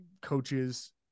coaches